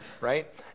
right